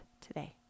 today